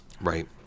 Right